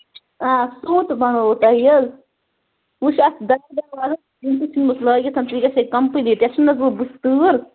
آ سرٛوٚت بَنوو تۄہہِ وُچھ اَتھ دارِ دوازَس تِم تہِ چھِ لٲگِتھ تَمہِ سۭتۍ گژھِ ہے کَمپُلیٖٹ یَتھ چھےٚ نہَ حظ بٔتھِ تۭر